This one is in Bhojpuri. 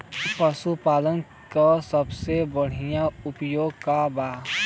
पशु पालन के सबसे बढ़ियां उपाय का बा?